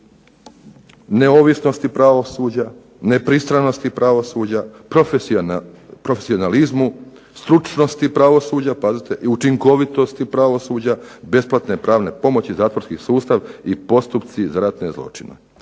neovisnosti pravosuđa, nepristranosti pravosuđa, profesionalizmu, stručnosti pravosuđa, učinkovitosti pravosuđa, besplatne pravne pomoći, zatvorski sustav i postupci za ratne zločine.